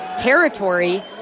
territory